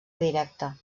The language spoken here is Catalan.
directa